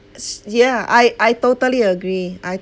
s~ yeah I I totally agree I